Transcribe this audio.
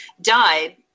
died